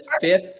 fifth